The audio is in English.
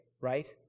right